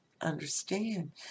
understand